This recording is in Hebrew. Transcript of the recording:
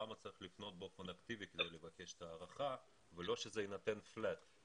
למה צריך לפנות באופן אקטיבי כדי לבקש את ההארכה ולא שזה יינתן פלאט?